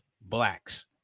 blacks